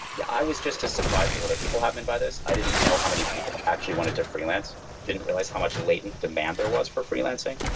yeah i was just as surprised as other people happen by this. i didn't know how many people actually wanted to freelance. i didn't realize how much latent demand there was for freelancing,